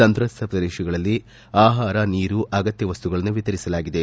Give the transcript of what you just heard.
ಸಂತ್ರಸ್ತ ಪ್ರದೇಶಗಳಲ್ಲಿ ಆಹಾರ ನೀರು ಅಗತ್ಯ ವಸ್ತುಗಳ ವಿತರಿಸಲಾಗಿದೆ